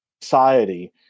society